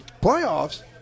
playoffs